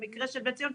במקרה של "בני ציון",